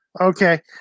Okay